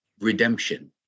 redemption